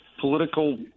political